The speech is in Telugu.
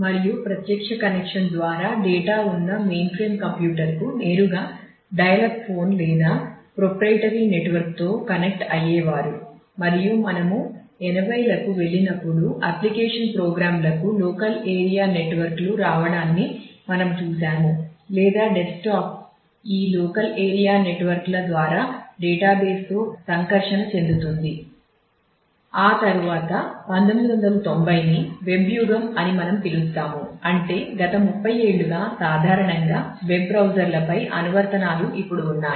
మరియు ప్రత్యక్ష కనెక్షన్ ద్వారా డేటా ఉన్న మెయిన్ ఫ్రేమ్ కంప్యూటర్లపై అనువర్తనాలు ఇప్పుడు ఉన్నాయి